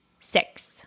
six